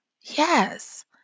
Yes